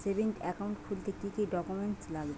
Savings account খুলতে কি কি ডকুমেন্টস লাগবে?